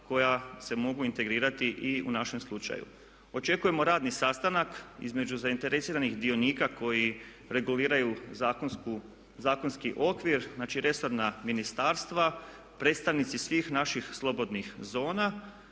koja se mogu integrirati i u našem slučaju. Očekujemo radni sastanak između zainteresiranih dionika koji reguliraju zakonski okvir, znači resorna ministarstva, predstavnici svih naših slobodnih zona